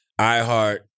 iHeart